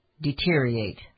deteriorate